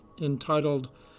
entitled